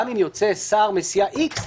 גם אם יוצא שר מסיעה X,